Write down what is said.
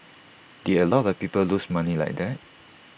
did A lot of people lose money like that